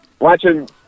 watching